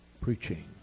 preaching